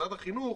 משרד החינוך,